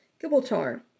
Gibraltar